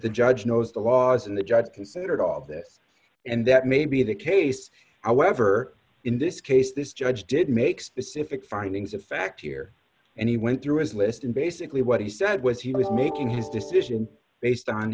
the judge knows the laws and the judge considered all of this and that may be the case however in this case this judge did make specific findings of fact here and he went through his list and basically what he said was he was making his decision based on